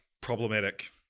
problematic